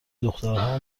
دخترها